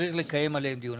שצריך לקיים עליהם דיון,